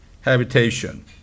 habitation